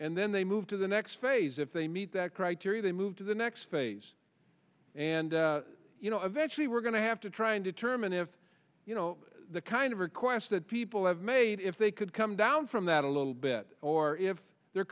and then they move to the next phase if they meet that criteria they move to the next phase and you know eventually we're going to have to try and determine if you know the kind of requests that people have made if they could come down from that a little bit or if there